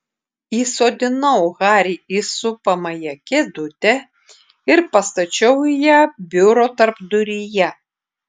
įsodinau harį į supamąją kėdutę ir pastačiau ją biuro tarpduryje